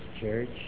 church